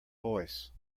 voice